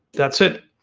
that's it.